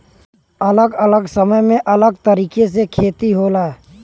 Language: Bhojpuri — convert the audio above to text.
अलग अलग समय में अलग तरीके से खेती होला